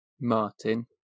Martin